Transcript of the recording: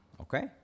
Okay